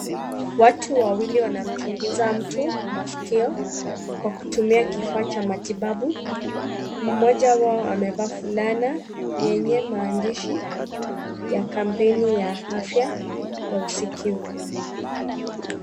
Watu wawili wanamchunguza mtu masikio kwa kutumia kifaa cha matibabu. Mmoja wao amevaa fulana yenye maandishi ya kampeni ya afya ya usikivu.